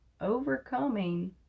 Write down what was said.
overcoming